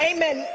Amen